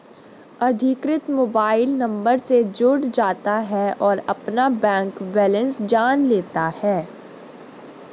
अधिकृत mobile number से जुड़ जाता है और अपना बैंक बेलेंस जान लेता है